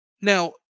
Now